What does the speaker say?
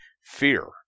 fear